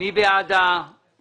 מדבר אתך על